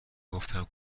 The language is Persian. گفتم